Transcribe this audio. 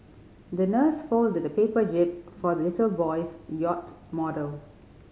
the nurse folded a paper jib for the little boy's yacht model